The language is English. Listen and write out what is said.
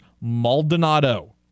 Maldonado